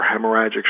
hemorrhagic